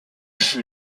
fut